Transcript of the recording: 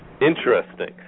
Interesting